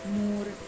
more